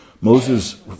Moses